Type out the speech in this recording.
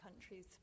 countries